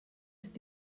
ist